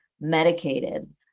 medicated